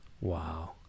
Wow